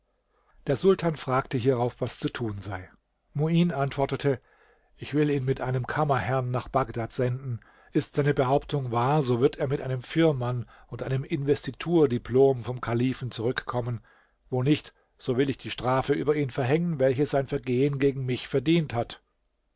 der sultan fragte hierauf was zu tun sei muin antwortete ich will ihn mit einem kammerherrn nach bagdad senden ist seine behauptung wahr so wird er mit einem firman und einem investiturdiplom vom kalifen zurückkommen wo nicht so will ich die strafe über ihn verhängen welche sein vergehen gegen mich verdient hat